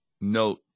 note